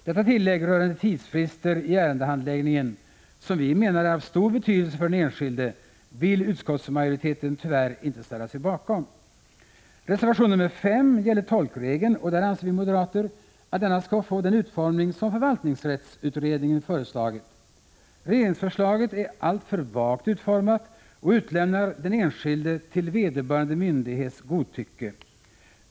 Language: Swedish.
Detta tillägg rörande tidsfrister i ärendehandläggningen, som vi menar är av stor betydelse för den enskilde, vill utskottsmajoriteten tyvärr inte ställa sig bakom. Reservation nr 5 gäller tolkregeln, och där säger vi moderater att vi anser att denna skall få den utformning som förvaltningsrättsutredningen föreslagit. Regeringsförslaget är alltför vagt utformat och utlämnar den enskilde till vederbörande myndighets godtycke.